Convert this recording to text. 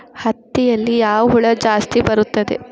ಹತ್ತಿಯಲ್ಲಿ ಯಾವ ಹುಳ ಜಾಸ್ತಿ ಬರುತ್ತದೆ?